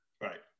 Right